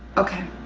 okay.